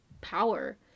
power